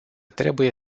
trebuie